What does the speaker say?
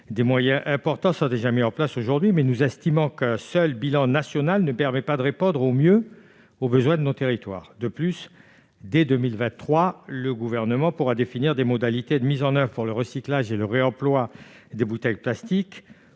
des moyens importants sont déjà mis en place aujourd'hui, mais nous estimons qu'un bilan seulement national ne permet pas de répondre au mieux aux besoins de nos territoires. De plus, dès 2023, le Gouvernement pourra définir des modalités de mise en oeuvre pour le recyclage et le réemploi des bouteilles plastiques.